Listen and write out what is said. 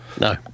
No